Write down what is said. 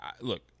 Look